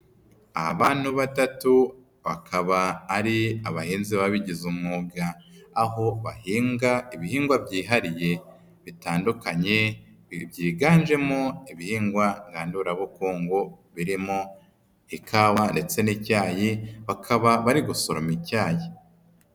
Abantu batatu bakaba ari abahinzi babigize umwuga aho bahinga ibihingwa byihariye bitandukanye, byiganjemo ibihingwa ngandura bukungu birimo ikawa ndetse n'icyayi, bakaba bari gusoroma icyayi.